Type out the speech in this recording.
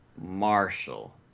Marshall